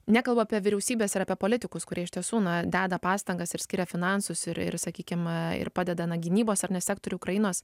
nekalbu apie vyriausybes ir apie politikus kurie iš tiesų na deda pastangas ir skiria finansus ir ir sakykim ir padeda na gynybos ar ne sektoriui ukrainos